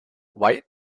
white